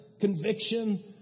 Conviction